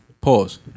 Pause